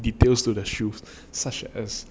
details to the shoes such as